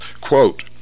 Quote